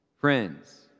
friends